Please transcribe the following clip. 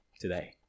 today